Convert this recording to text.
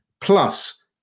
plus